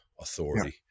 authority